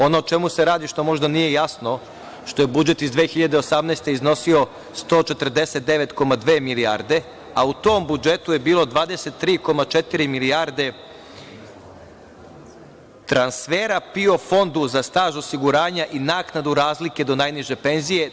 Ono o čemu se radi, što možda nije jasno, što je budžet iz 2018. godine iznosio 149,2 milijarde, a u tom budžetu je bilo 23,4 milijarde transfera PIO fondu za staž osiguranja i naknadu razlike do najniže penzije.